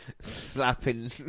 slapping